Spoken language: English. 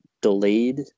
delayed